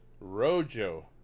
rojo